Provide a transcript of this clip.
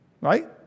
right